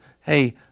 Hey